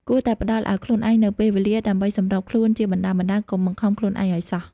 គួរតែផ្ដល់ឱ្យខ្លួនឯងនូវពេលវេលាដើម្បីសម្របខ្លួនជាបណ្តើរៗ កុំបង្ខំខ្លួនឯងអោយសោះ។